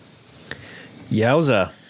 Yowza